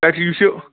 تتہِ یُس یہِ